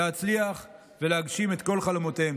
להצליח ולהגשים את כל חלומותיהם.